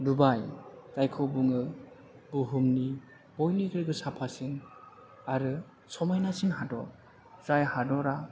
दुबाय जायखौ बुङो बुहुमनि बयनिख्रुइबो साफासिन आरो समायनासिन हादर जाय हादरआ